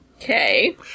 Okay